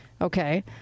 Okay